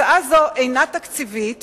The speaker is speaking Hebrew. הצעה זו אינה תקציבית